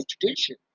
tradition